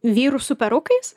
vyrų su perukais